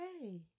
hey